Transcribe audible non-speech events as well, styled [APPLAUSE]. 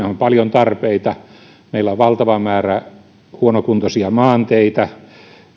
[UNINTELLIGIBLE] on paljon tarpeita meillä on valtava määrä huonokuntoisia maanteitä